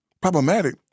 problematic